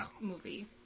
movie